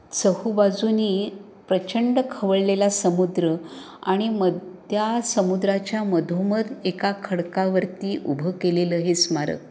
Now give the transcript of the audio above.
चहूबाजूने प्रचंड खवळलेला समुद्र आणि मद त्या समुद्राच्या मधोमध एका खडकावरती उभं केलेलं हे स्मारक